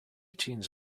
teens